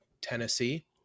Tennessee